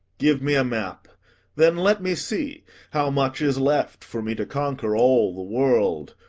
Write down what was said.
give me a map then let me see how much is left for me to conquer all the world,